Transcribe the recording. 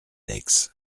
aix